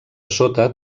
sota